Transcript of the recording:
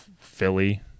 Philly